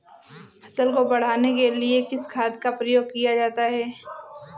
फसल को बढ़ाने के लिए किस खाद का प्रयोग किया जाता है?